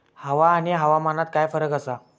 हवा आणि हवामानात काय फरक असा?